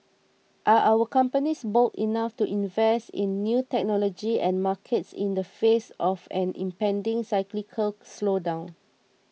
are our companies bold enough to invest in new technology and markets in the face of an impending cyclical slowdown